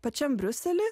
pačiam briusely